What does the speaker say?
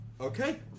Okay